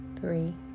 Three